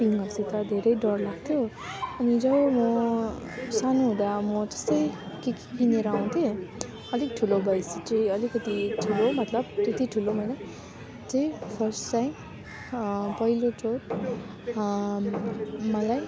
पिङहरूसित धेरै डर लाग्थ्यो अनि जब म सानो हुँदा अब म त्यस्तै के के किनेर आउँथेँ अलिक ठुलो भएपछि चाहिँ अलिकति ठुलो मतलब त्यति ठुलो पनि होइन चाहिँ फर्स्ट चाहिँ पहिलोचोटि मलाई